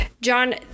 John